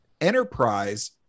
Enterprise